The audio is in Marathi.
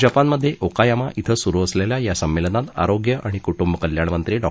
जपानमध्ये ओकायामा कें सुरु असलेल्या या संमेलनात आरोग्य आणि कुटुंब कल्याण मंत्री डॉ